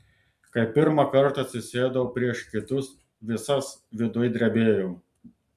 kai pirmą kartą atsisėdau prieš kitus visas viduj drebėjau